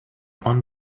one